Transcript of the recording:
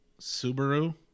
Subaru